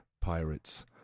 pirates